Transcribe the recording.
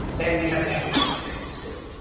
and we have to handle disconnected state,